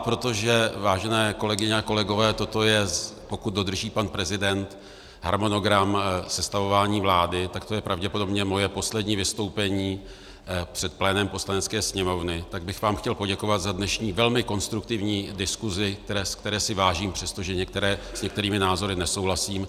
Protože, vážené kolegyně a kolegové, toto je, pokud dodrží pan prezident harmonogram sestavování vlády, tak to je pravděpodobně moje poslední vystoupení před plénem Poslanecké sněmovny, tak bych vám chtěl poděkovat za dnešní velmi konstruktivní diskusi, které si vážím přesto, že s některými názory nesouhlasím.